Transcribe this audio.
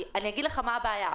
אני אומר לך מה הבעיה.